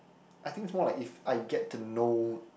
I thinks more like if I get to know